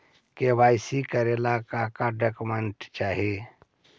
KYC करे ला का का डॉक्यूमेंट चाही?